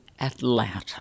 Atlanta